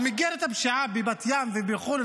הוא מיגר את הפשיעה בבת ים ובחולון,